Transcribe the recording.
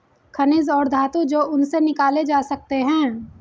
खनिज और धातु जो उनसे निकाले जा सकते हैं